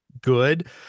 good